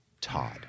Todd